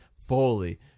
Foley